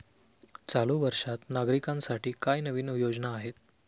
चालू वर्षात नागरिकांसाठी काय नवीन योजना आहेत?